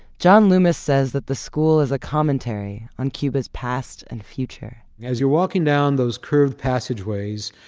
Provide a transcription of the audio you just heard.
john loomis says that the school is a commentary on cuba's past and future as you're walking down those curved passageways,